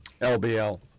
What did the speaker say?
LBL